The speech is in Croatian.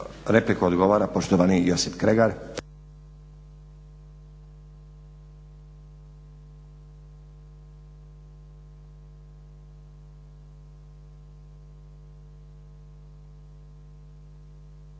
repliku odgovara poštovani Josip Kregar.